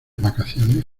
vacaciones